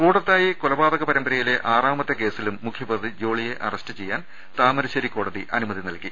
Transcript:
കൂടത്തായി കൊലപാതക പരമ്പരയിലെ ആറാമത്തെ കേസിലും മുഖ്യപ്രതി ജോളിയെ അറസ്റ്റ് ചെയ്യാൻ താമരശേരി കോടതി അനു മതി നൽകി